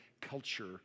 culture